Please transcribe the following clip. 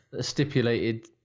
Stipulated